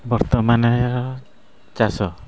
ବର୍ତ୍ତମାନ ଚାଷ